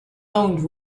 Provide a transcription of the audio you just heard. owned